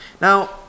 Now